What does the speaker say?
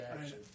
action